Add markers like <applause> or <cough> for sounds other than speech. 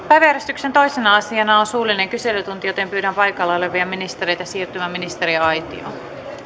<unintelligible> päiväjärjestyksen toisena asiana on suullinen kyselytunti pyydän paikalla olevia ministereitä siirtymään ministeriaitioon